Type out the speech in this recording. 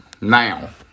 Now